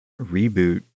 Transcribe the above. reboot